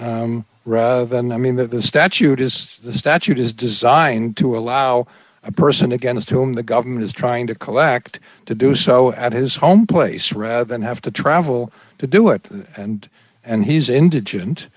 miles rather than i mean that the statute is the statute is designed to allow a person against whom the government is trying to collect to do so at his home place rather than have to travel to do it and and he's indigent